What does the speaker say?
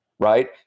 right